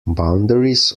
boundaries